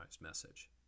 message